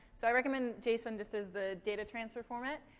so i recommend json just as the data transfer format.